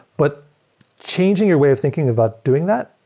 but changing your way of thinking about doing that,